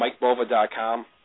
MikeBova.com